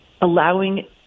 allowing